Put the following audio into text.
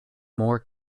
more